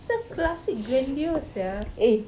so classic grandeur sia